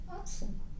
awesome